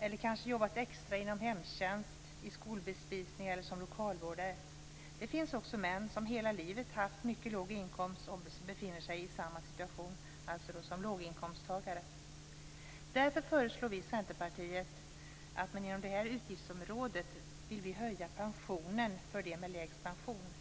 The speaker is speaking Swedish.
eller kanske jobbat extra inom hemtjänst, i skolbespisning eller som lokalvårdare. Det finns också män som hela livet haft mycket låg inkomst och som befinner sig i samma situation som låginkomsttagare. Därför föreslår vi i Centerpartiet att man inom det här utgiftsområdet höjer pensionen för dem med lägst pension.